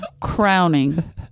crowning